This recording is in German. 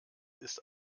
ist